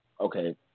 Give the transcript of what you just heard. okay